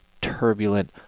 turbulent